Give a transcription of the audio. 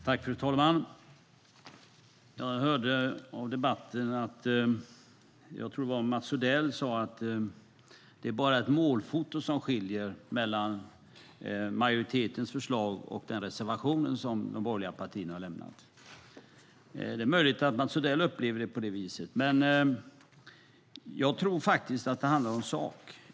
Fru talman! Jag hörde i debatten att Mats Odell sade att det är bara ett målfoto som skiljer mellan majoritetens förslag och den reservation som de borgerliga partierna har lämnat. Det är möjligt att Mats Odell upplever det på det viset, men jag tror faktiskt att det handlar om sak.